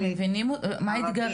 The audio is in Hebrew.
ערבית,